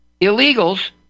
illegals